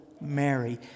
Mary